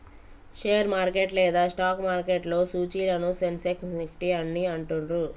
share market లేదా stock మార్కెట్లో సూచీలను సెన్సెక్స్, నిఫ్టీ అని అంటుండ్రు